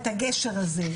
את הגשר הזה,